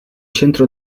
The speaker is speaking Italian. centro